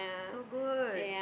so good